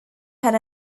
had